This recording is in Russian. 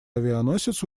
авианосец